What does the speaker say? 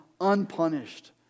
unpunished